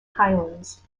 highlands